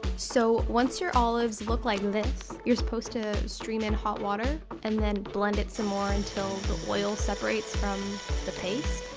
so once your olives look like and this, you're supposed to stream in hot water and then blend it some more until the oil separates from the paste.